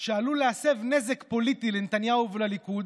שעלול להסב נזק פוליטי לנתניהו ולליכוד